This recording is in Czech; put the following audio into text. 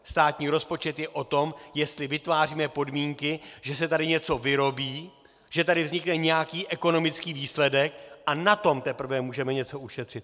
Státní rozpočet je o tom, jestli vytváříme podmínky, že se tady něco vyrobí, že tady vznikne nějaký ekonomický výsledek, a na tom teprve můžeme něco ušetřit.